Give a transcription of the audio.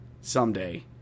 Someday